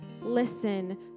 listen